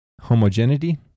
Homogeneity